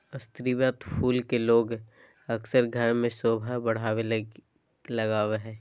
स्रीवत फूल के लोग अक्सर घर में सोभा बढ़ावे ले लगबा हइ